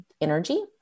energy